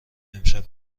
امشب